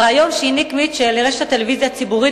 הריאיון שהעניק מיטשל לרשת טלוויזיה ציבורית